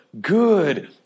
good